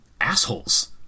Assholes